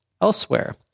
elsewhere